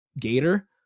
Gator